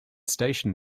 station